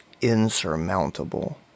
insurmountable